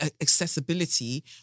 accessibility